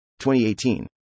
2018